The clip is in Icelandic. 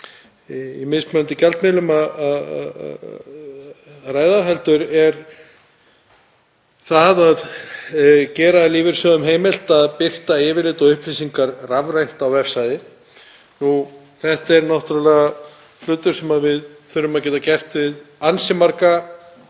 í mismunandi gjaldmiðlum að gera heldur það að gera lífeyrissjóðum heimilt að birta yfirlit og upplýsingar rafrænt á vefsvæði. Þetta er náttúrlega eitthvað sem við þurfum að geta gert með ansi marga